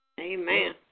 Amen